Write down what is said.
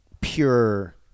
pure